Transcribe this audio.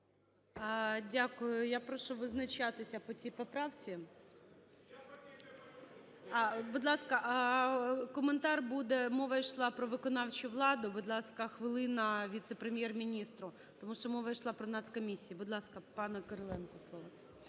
Дякую. Я прошу визначатися по цій поправці. Будь ласка, коментар буде, мова йшла про виконавчу владу. Будь ласка, хвилина віце-прем’єр-міністру. Тому що мова йшла про нацкомісії. Будь ласка, пану Кириленку слово.